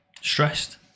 Stressed